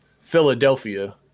Philadelphia